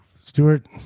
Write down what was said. Stewart